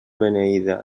beneïda